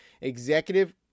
executive